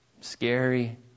Scary